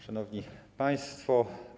Szanowni Państwo!